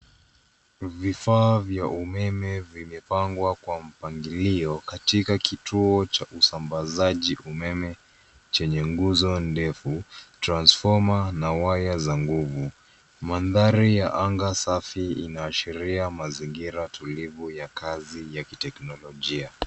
Vifaa vya umeme vimepangwa kwa mpangilio katika kituo cha usambazaji umeme chenye nguzo ndefu, transformer na waya za nguvu. Mandhari ya anga safi inaashiria mazingira tulivu ya kazi ya kiteknolojia.